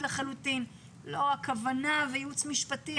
לחלוטין ולא בדרך של כוונה וייעוץ משפטי.